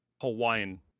Hawaiian